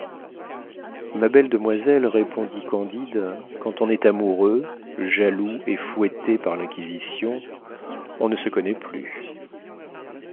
ma belle demoiselle répondit candide quand on est amoureux jaloux et fouetté par l'inquisition on ne se connaît plus